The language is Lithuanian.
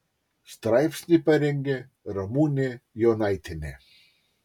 straipsnį parengė ramūnė jonaitienė